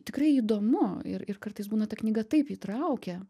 tikrai įdomu ir ir kartais būna ta knyga taip įtraukia